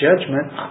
judgment